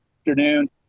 afternoon